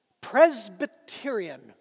Presbyterian